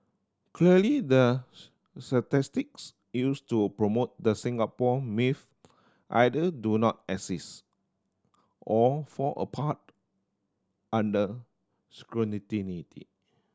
clearly the statistics used to promote the Singapore myth either do not exist or fall apart under